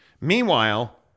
Meanwhile